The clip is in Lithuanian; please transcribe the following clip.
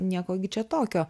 nieko gi čia tokio